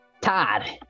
Todd